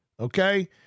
Okay